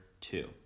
two